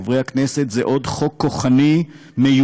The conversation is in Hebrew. חברי הכנסת, זה עוד חוק כוחני מיותר.